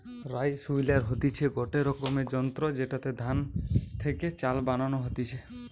rice huller হতিছে গটে রকমের যন্ত্র জেতাতে ধান থেকে চাল বানানো হতিছে